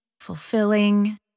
fulfilling